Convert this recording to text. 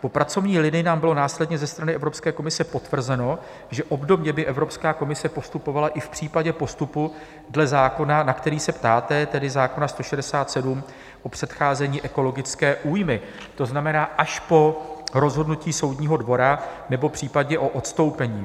Po pracovní linii nám bylo následně ze strany Evropské komise potvrzeno, že obdobně by Evropská komise postupovala i v případě postupu dle zákona, na který se ptáte, tedy zákona 167, o předcházení ekologické újmě, to znamená až po rozhodnutí soudního dvora nebo případně po odstoupení.